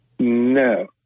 No